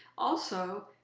also,